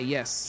Yes